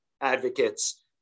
advocates